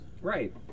Right